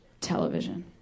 Television